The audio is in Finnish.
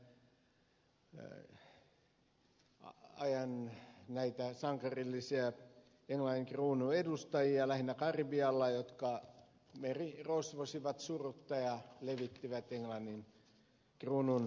ajatellaan lähinnä karibialla elisabeth in ajan näitä sankarillisia englannin kruunun edustajia jotka merirosvosivat surutta ja levittivät englannin kruunun valtaa